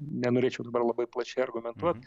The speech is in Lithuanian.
nenorėčiau dabar labai plačiai argumentuot